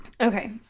Okay